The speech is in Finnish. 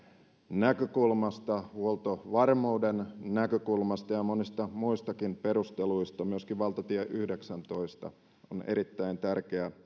näkökulmasta huoltovarmuuden näkökulmasta ja monista muistakin perusteluista johtuen myöskin valtatie yhdeksäntoista on erittäin tärkeä